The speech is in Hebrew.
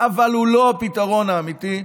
אבל הוא לא הפתרון האמיתי.